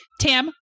Tim